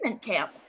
camp